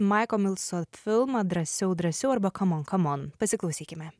maiko milso filmą drąsiau drąsiau arba kamon kamon pasiklausykime